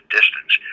distance